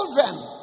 children